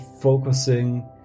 focusing